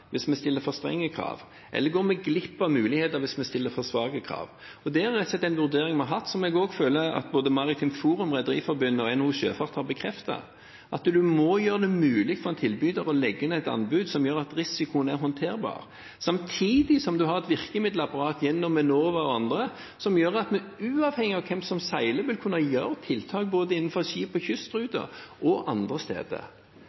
hvis vi stiller for strenge krav, eller går vi glipp av muligheter hvis vi stiller for svake krav? Det er rett og slett en vurdering vi har hatt, som jeg også føler at både Maritimt Forum, Rederiforbundet og NHO Sjøfart har bekreftet: at man må gjøre det mulig for en tilbyder å legge inn et anbud som gjør at risikoen er håndterbar, samtidig som man har et virkemiddelapparat gjennom Enova og andre som gjør at vi uavhengig av hvem som seiler, vil kunne gjøre tiltak både innenfor skips- og kystruter og andre steder.